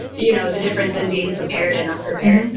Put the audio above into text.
you know, the difference in being prepared and not prepared.